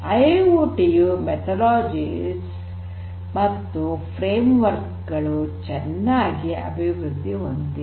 IIoT ಯ ವಿಧಾನಗಳು ಮತ್ತು ಫ್ರೇಮ್ ವರ್ಕ್ ಗಳು ಚೆನ್ನಾಗಿ ಅಭಿವೃದ್ಧಿ ಹೊಂದಿಲ್ಲ